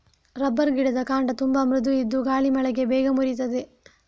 rubber ಗಿಡದ ಕಾಂಡ ತುಂಬಾ ಮೃದು ಇದ್ದು ಗಾಳಿ ಮಳೆಗೆ ಬೇಗ ಮುರೀತದೆ